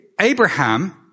Abraham